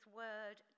word